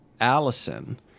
Allison